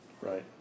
Right